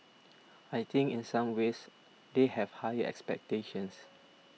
I think in some ways they have higher expectations